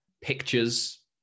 pictures